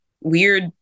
weird